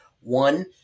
One